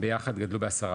ביחד גדלו ב- 10%,